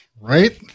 Right